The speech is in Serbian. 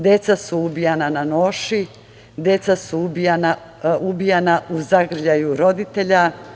Deca su ubijana na noši, deca su ubijana u zagrljaju roditelja.